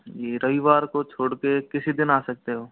रविवार को छोड़ के किसी दिन आ सकते हो